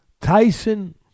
Tyson